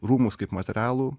rūmus kaip materialų